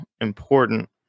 important